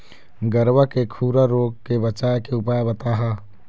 गरवा के खुरा रोग के बचाए के उपाय बताहा?